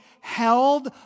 held